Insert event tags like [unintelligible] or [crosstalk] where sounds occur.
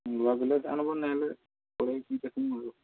ନୂଆ [unintelligible] ଆନ୍ବୋ ନାହିଲେ ପରେ କି [unintelligible]